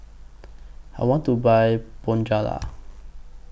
I want to Buy Bonjela